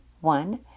one